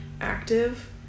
active